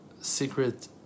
secret